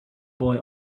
boy